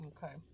Okay